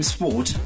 Sport